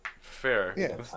Fair